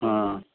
ᱚ